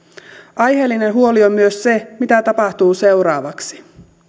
aiheellinen huoli on myös se mitä tapahtuu seuraavaksi